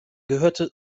gehörte